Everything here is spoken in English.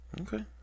Okay